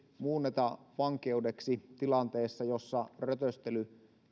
muunneta vankeudeksi tilanteessa jossa rötöstely